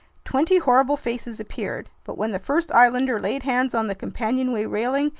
twenty horrible faces appeared. but when the first islander laid hands on the companionway railing,